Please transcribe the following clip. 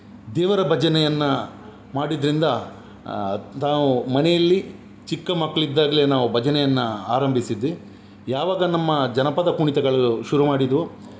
ದೇವರ ಭಜನೆಯನ್ನ ಮಾಡಿದ್ದರಿಂದ ನಾವು ಮನೆಯಲ್ಲಿ ಚಿಕ್ಕ ಮಕ್ಕಳಿದ್ದಾಗಲೆ ನಾವು ಭಜನೆಯನ್ನು ಆರಂಭಿಸಿದ್ವಿ ಯಾವಾಗ ನಮ್ಮ ಜನಪದ ಕುಣಿತಗಳು ಶುರು ಮಾಡಿದ್ವೋ